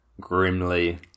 grimly